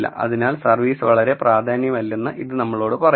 അതിനാൽ സർവീസ് വളരെ പ്രധാനമല്ലെന്ന് ഇത് നമ്മളോട് പറയുന്നു